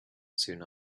soon